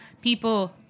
People